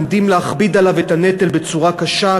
עומדים להכביד עליו את הנטל בצורה קשה,